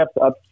up